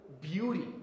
beauty